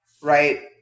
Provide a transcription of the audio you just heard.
right